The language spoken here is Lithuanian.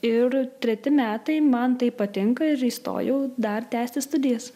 ir treti metai man taip patinka ir įstojau dar tęsti studijas